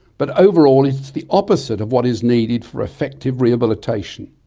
but overall it is the opposite of what is needed for effective rehabilitation.